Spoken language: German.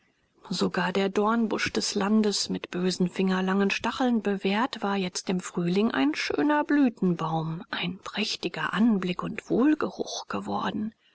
sogar der dornbusch des landes mit bösen fingerlangen stacheln bewehrt war jetzt im frühling ein schöner blütenbaum ein prächtiger anblick und wohlgeruch geworden